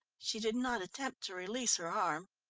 she did not attempt to release her arm.